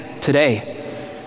today